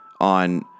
on